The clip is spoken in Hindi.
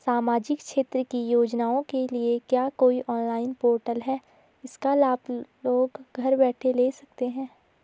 सामाजिक क्षेत्र की योजनाओं के लिए क्या कोई ऑनलाइन पोर्टल है इसका लाभ लोग घर बैठे ले सकते हैं?